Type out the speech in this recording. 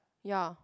ya